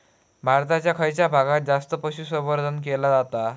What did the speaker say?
भारताच्या खयच्या भागात जास्त पशुसंवर्धन केला जाता?